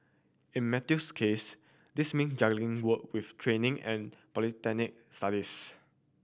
in Matthew's case this mean juggling work with training and polytechnic studies